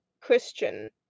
Christian